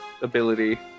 ability